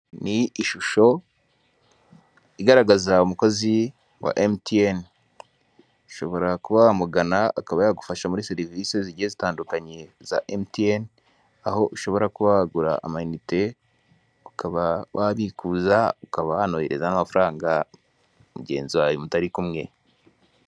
Ni ishusho igaragaza umukozi wa emutiyene, ushobora kuba wamugana akaba yagufasha muri serivisi zigiye zitandukanye za emutiyene, aho ushobora kuba wagura amanite, ukaba wabikuza, ukaba wanohereza n'amafaranga mugenzi wawe mutari kumwe.